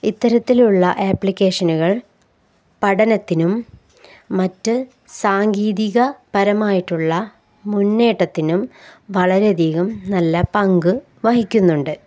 ഇത്തരത്തിലുള്ള ആപ്ലിക്കേഷനുകൾ പഠനത്തിനും മറ്റു സാങ്കേതിക പരമായിട്ടുള്ള മുന്നേറ്റത്തിനും വളരെയധികം നല്ല പങ്കു വഹിക്കുന്നുണ്ട്